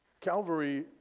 Calvary